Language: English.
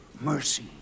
mercy